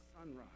sunrise